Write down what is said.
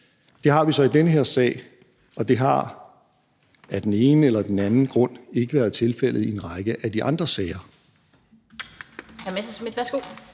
Det har vi så i den her sag, og det har af den ene eller den anden grund ikke været tilfældet i en række af de andre sager.